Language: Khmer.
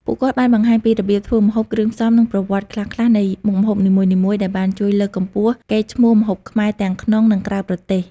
ពួកគាត់បានបង្ហាញពីរបៀបធ្វើម្ហូប គ្រឿងផ្សំ និងប្រវត្តិខ្លះៗនៃមុខម្ហូបនីមួយៗ ដែលបានជួយលើកកម្ពស់កេរ្តិ៍ឈ្មោះម្ហូបខ្មែរទាំងក្នុង និងក្រៅប្រទេស។